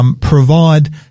Provide